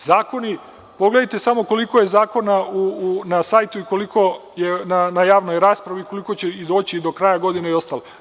Zakoni, pogledajte samo koliko je zakona na sajtu i koliko je na javnoj raspravi i koliko će ih doći do kraja godine i ostalo.